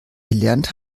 gelernt